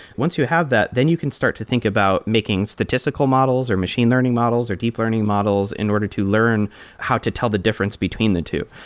once you have that, then you can start to think about making statistical models, or machine learning models, or deep learning models in order to learn how to tell the difference between the two.